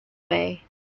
way